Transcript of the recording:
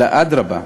אלא אדרבה,